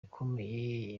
ikomeye